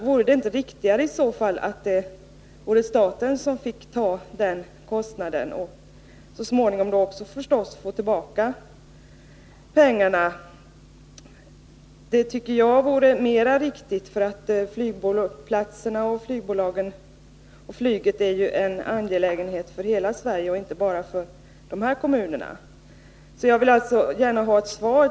Vore det inte riktigare i så fall att staten fick ta den kostnaden och så småningom förstås fick tillbaka pengarna? Det tycker jag vore mera riktigt, därför att flygplatserna, flygbolagen och flyget är ju en angelägenhet för hela Sverige och inte bara för de här kommunerna. Jag vill alltså gärna ha ett svar.